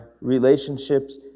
relationships